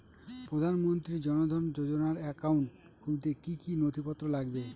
প্রধানমন্ত্রী জন ধন যোজনার একাউন্ট খুলতে কি কি নথিপত্র লাগবে?